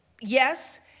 yes